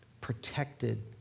protected